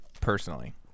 personally